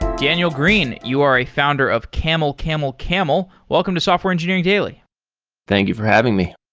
daniel green, you are a founder of camelcamelcamel. welcome to software engineering daily thank you for having me.